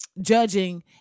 judging